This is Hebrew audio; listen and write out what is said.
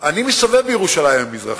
אני מסתובב בירושלים המזרחית.